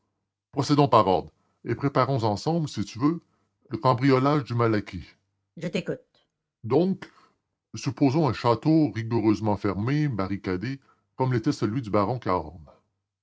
procédons par ordre et préparons ensemble si vous voulez le cambriolage du malaquis je vous écoute donc supposons un château rigoureusement fermé barricadé comme l'était celui du baron cahorn